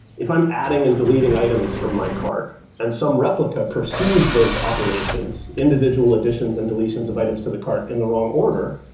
if i'm adding and deleting items from my cart and some replica perceives those operations, individual additions and deletions of items to the cart in the wrong order,